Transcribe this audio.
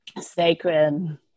sacred